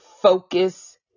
focus